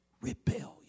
rebellion